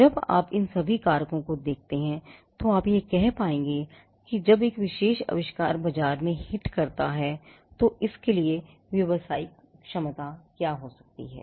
जब आप इन सभी कारकों को देखते हैं तो आप यह कह पाएंगे कि जब एक विशेष आविष्कार बाजार में हिट करता है तो इसके लिए व्यावसायिक क्षमता क्या हो सकती है